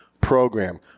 program